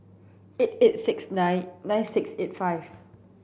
eight eight six nine nine six eight five